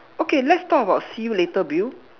okay let's talk about see you later Bill